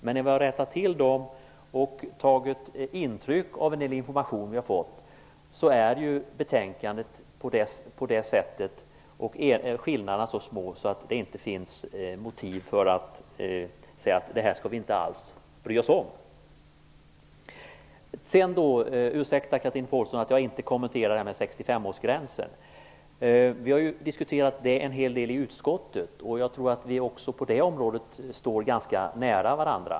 Men sedan vi rättat till sådana saker och tagit intryck av en del information som vi fått är skillnaderna i betänkandet så små att det inte finns motiv för att säga att vi inte alls skall bry oss om detta. Ursäkta, Chatrine Pålsson, att jag inte kommenterade 65-årsgränsen! Vi har ju diskuterat den frågan en hel del i utskottet. Också på det området tror jag att vi står ganska nära varandra.